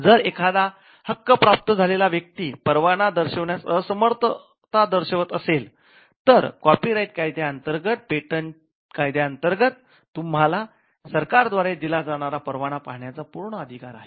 जर एखादा हक्क प्राप्त झालेला व्यक्ती परवाना दाखविण्यास असमर्थता दाखवत असेल तर कॉपीराईट कायद्या अंतर्गत आणि पेटंट कायद्या अंतर्गत तुम्हाला सरकार द्वारे दिला जाणारा परवाना पाहण्याचा पूर्ण अधिकार आहे